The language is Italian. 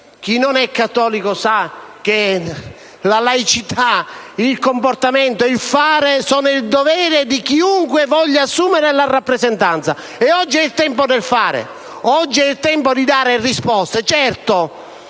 chi non è cattolico sa che la laicità, il comportamento, il fare sono doveri di chiunque voglia assumere la rappresentanza. Oggi è il tempo del fare, oggi è il tempo di dare risposte. Certo,